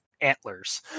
antlers